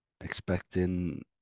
expecting